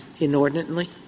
inordinately